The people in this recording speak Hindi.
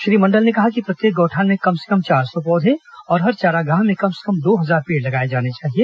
श्री मंडल ने कहा कि प्रत्येक गौठान में कम से कम चार सौ पौधे और हर चारागाह में कम से कम दो हजार पेड़ लगाए जाएं